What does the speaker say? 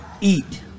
eat